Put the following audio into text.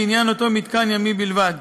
לעניין אותו מתקן ימי בלבד,